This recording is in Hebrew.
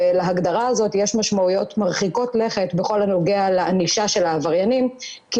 להגדרה הזאת יש משמעויות מרחיקות לכת בכל הנוגע לענישה של העבריינים כי